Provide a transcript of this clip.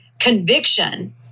Conviction